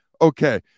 okay